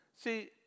see